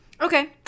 Okay